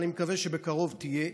אבל אני מקווה שבקרוב תהיה,